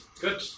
Good